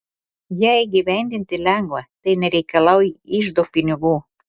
ją įgyvendinti lengva tai nereikalauja iždo pinigų